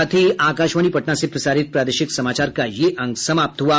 इसके साथ ही आकाशवाणी पटना से प्रसारित प्रादेशिक समाचार का ये अंक समाप्त हुआ